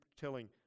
telling